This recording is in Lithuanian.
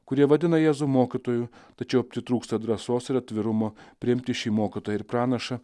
kurie vadina jėzų mokytoju tačiau pritrūksta drąsos ir atvirumo priimti šį mokytoją ir pranašą